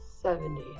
seventy